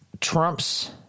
Trump's